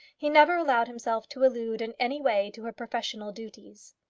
he never allowed himself to allude in any way to her professional duties.